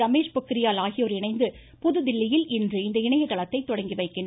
ரமேஷ் பொக்ரியால் ஆகியோர் இணைந்து புதுதில்லியில் இன்று இந்த இணையதளத்தை தொடங்கி வைக்கின்றனர்